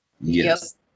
Yes